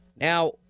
Now